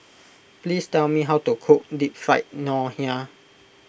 please tell me how to cook Deep Fried Ngoh Hiang